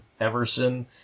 Everson